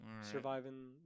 surviving